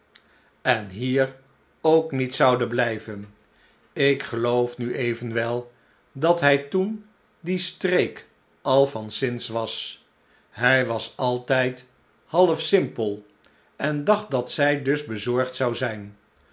en hier ook niet zouden blijven ik geloof nu evsnwel dat hij toen dien streek al van zins was hij was altijd half simpel en dacht dat zij dus bezorgd zou zijn